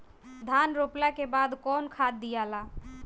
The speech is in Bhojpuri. धान रोपला के बाद कौन खाद दियाला?